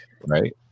right